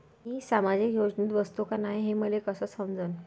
मी सामाजिक योजनेत बसतो का नाय, हे मले कस समजन?